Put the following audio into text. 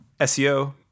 SEO